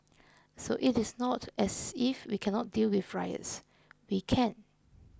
so it is not as if we cannot deal with riots we can